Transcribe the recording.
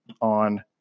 on